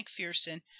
mcpherson